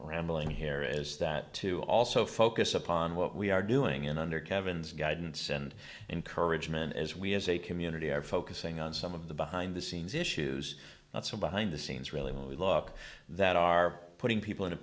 rambling here is that to also focus upon what we are doing in under kevin's guidance and encouragement as we as a community are focusing on some of the behind the scenes issues that some behind the scenes really look that are putting people in a